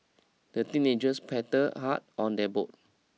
the teenagers paddled hard on their boat